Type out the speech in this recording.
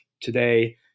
today